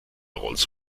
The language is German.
rolls